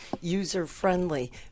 user-friendly